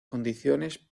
condiciones